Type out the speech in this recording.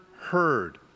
heard